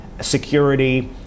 security